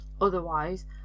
otherwise